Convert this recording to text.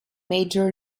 major